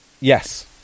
Yes